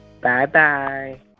Bye-bye